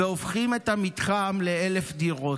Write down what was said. והופכים את המתחם ל-1,000 דירות.